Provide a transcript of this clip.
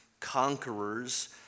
Conquerors